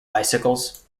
bicycles